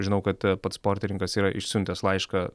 žinau kad pats sportininkas yra išsiuntęs laišką